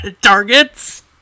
targets